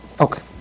Okay